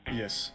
yes